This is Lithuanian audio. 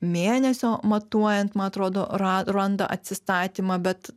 mėnesio matuojant man atrodo ra randa atsistatymą bet